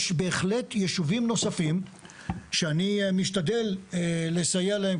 יש בהחלט ישובים נוספים שאני משתדל לסייע להם,